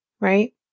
right